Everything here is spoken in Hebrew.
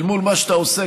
אל מול מה שאתה עושה,